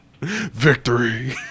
victory